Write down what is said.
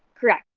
correct.